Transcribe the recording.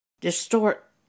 distort